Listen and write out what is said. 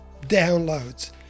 downloads